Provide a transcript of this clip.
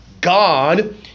God